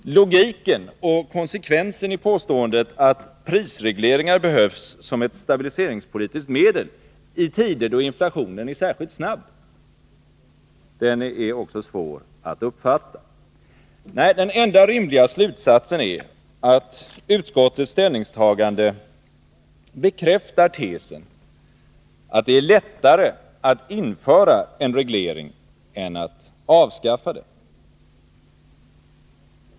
Logiken och konsekvensen i påståendet, att prisregleringar behövs som ett stabiliseringspolitiskt medel i tider då inflationen är särskilt snabb, är också svår att uppfatta. Nej, den enda rimliga slutsatsen är att utskottets ställningstagande bekräftar tesen att det är lättare att införa en reglering än att avskaffa den.